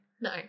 No